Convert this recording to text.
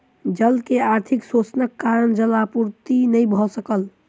जल के अधिक शोषणक कारणेँ जल आपूर्ति नै भ सकल